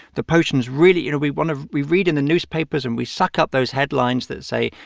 the potion's really you know, we want to we read in the newspapers, and we suck up those headlines that say,